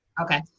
okay